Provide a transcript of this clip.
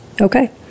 okay